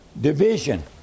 Division